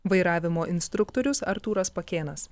vairavimo instruktorius artūras pakėnas